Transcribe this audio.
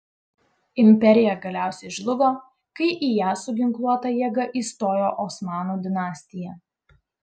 imperija galiausiai žlugo kai į ją su ginkluota jėga įstojo osmanų dinastija